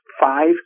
five